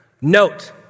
Note